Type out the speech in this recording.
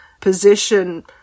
position